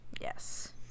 Yes